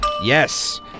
Yes